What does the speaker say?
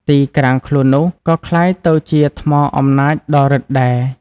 ទីក្រាំងខ្លួននោះ ក៏ក្លាយទៅជាថ្មអំណាចដ៏ឫទ្ធិដែរ ។